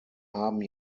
haben